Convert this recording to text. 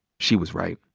she was right.